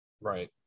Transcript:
Right